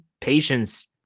patience